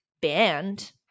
band